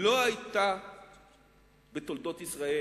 לא היתה בתולדות ישראל